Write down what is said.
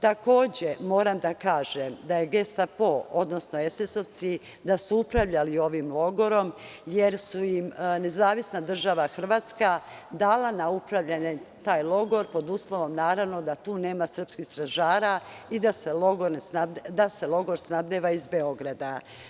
Takođe, moram da kažem da je Gestapo, odnosno SS-ovci, da su upravljali ovim logorom, jer su im Nezavisna Država Hrvatska dala na upravljanje taj logor pod uslovom, naravno, da tu nema srpskih stražara i da se logor snabdeva iz Beograda.